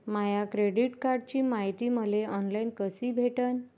माया credit कार्डची मायती मले ऑनलाईन कसी भेटन?